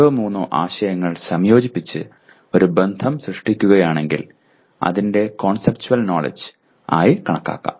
രണ്ടോ മൂന്നോ ആശയങ്ങൾ സംയോജിപ്പിച്ച് ഒരു ബന്ധം സൃഷ്ടിക്കുകയാണെങ്കിൽ അതിനെ കോൺസെപ്റ്റുവൽ നോലെഡ്ജ് ആയി കണക്കാക്കാം